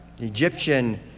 Egyptian